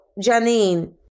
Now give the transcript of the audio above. Janine